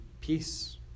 peace